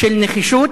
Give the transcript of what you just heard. של נחישות.